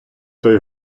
той